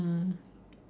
mm